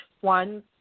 one